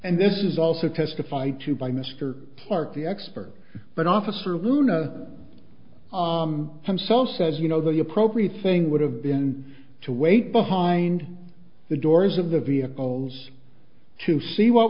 and this is also testified to by mr park the expert but officer luna himself says you know the appropriate thing would have been to wait behind the doors of the vehicles to see what